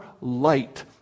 light